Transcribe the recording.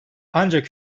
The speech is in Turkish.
ancak